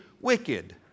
wicked